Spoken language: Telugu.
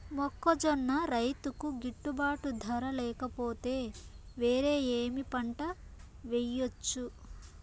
మొక్కజొన్న రైతుకు గిట్టుబాటు ధర లేక పోతే, వేరే ఏమి పంట వెయ్యొచ్చు?